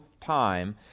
time